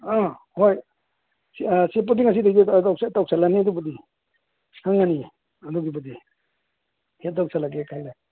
ꯑꯥ ꯍꯣꯏ ꯁꯤꯠꯄꯗꯤ ꯉꯁꯤꯗꯒꯤ ꯁꯦꯞ ꯇꯧꯁꯤꯜꯂꯅꯤ ꯑꯗꯨꯕꯨꯗꯤ ꯈꯪꯉꯅꯤꯌꯦ ꯑꯗꯨꯕꯨꯗꯤ ꯁꯦꯞ ꯇꯧꯁꯤꯜꯂꯒꯦ ꯈꯜꯂꯦ